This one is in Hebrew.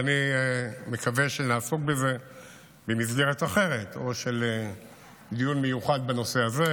ואני מקווה שנעסוק בזה במסגרת אחרת או בדיון מיוחד בנושא הזה